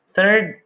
Third